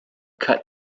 cut